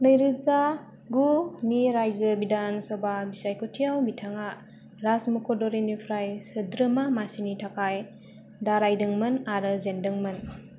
नैरोजा गुनि रायजो बिधान सभा बिसायखथिव याबिथाङा राजमुंखदरीनिफ्राय सोद्रोमा मासिनि थाखाय दारायदोंमोन आरो जेनदोंमोन